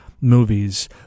movies